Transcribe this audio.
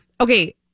okay